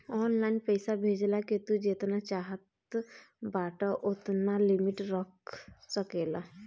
online पईसा भेजला के तू जेतना चाहत बाटअ ओतना लिमिट रख सकेला